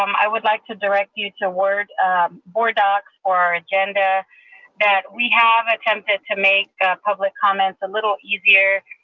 um i would like to direct you to word boarddocs or agenda that we have attempted to make public comments a little easier.